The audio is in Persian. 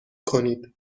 کنید